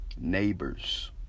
neighbors